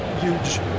huge